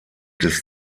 des